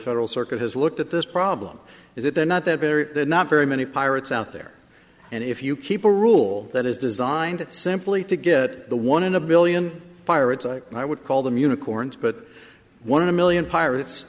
federal circuit has looked at this problem is that they're not they're very they're not very many pirates out there and if you keep a rule that is designed simply to get the one in a billion pirates i would call them unicorns but one of the million pirates